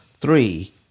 three